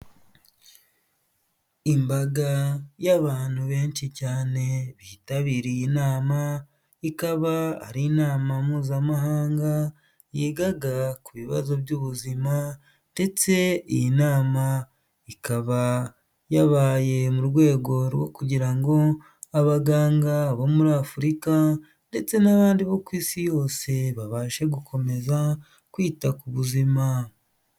Imbaga y'abantu benshi cyane bitabiriye inama, ikaba ari inama mpuzamahanga yigaga ku bibazo by'ubuzima ndetse iyi nama ikaba yabaye mu rwego rwo kugira ngo abaganga bo muri Afurika ndetse n'abandi bo ku isi yose babashe gukomeza kwita ku buzima.